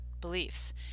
beliefs